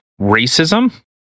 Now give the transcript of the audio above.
racism